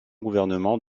gouvernements